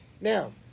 Now